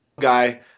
guy